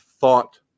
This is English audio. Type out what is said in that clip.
thought